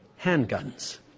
handguns